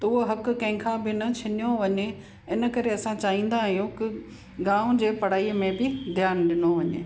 त उहा हक़ु कंहिंखां बि न छिनियो वञे इन करे असां चाहींदा आहियूं की गाम जे पढ़ाईअ में बि ध्यान ॾिनो वञे